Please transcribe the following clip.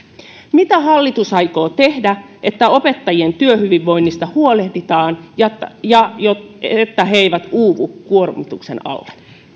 mitä hallitus aikoo tehdä että opettajien työhyvinvoinnista huolehditaan ja että he eivät uuvu kuormituksen alle